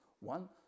One